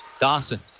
Dawson